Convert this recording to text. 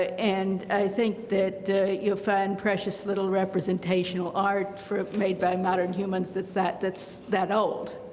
ah and i think that you'll find precious little representational art made by modern humans that's that that's that old.